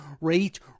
rate